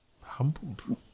Humbled